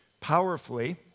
powerfully